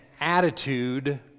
attitude